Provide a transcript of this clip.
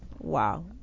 Wow